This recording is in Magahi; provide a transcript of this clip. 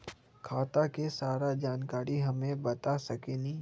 खाता के सारा जानकारी हमे बता सकेनी?